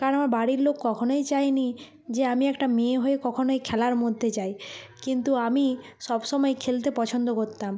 কারণ আমার বাড়ির লোক কখনোই চায়নি যে আমি একটা মেয়ে হয়ে কখনোই খেলার মধ্যে যাই কিন্তু আমি সবসময়ই খেলতে পছন্দ করতাম